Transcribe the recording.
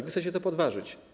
Wy chcecie to podważyć.